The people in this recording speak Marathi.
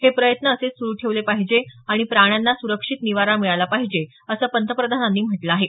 हे प्रयत्न असेच सुरु ठेवले पाहिजे आणि प्राण्यांना सुरक्षित निवारा मिळाला पाहिजे असं पंतप्रधानांनी म्हटलं आहे